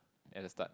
at the start